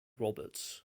roberts